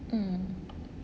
mm